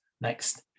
next